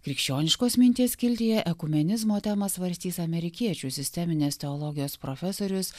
krikščioniškos minties skiltyje ekumenizmo temą svarstys amerikiečių sisteminės teologijos profesorius